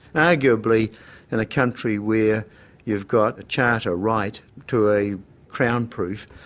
arguably in a country where you've got a charter right to a crown proof,